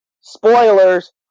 spoilers